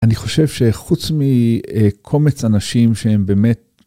אני חושב שחוץ מקומץ אנשים שהם באמת.